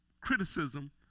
criticism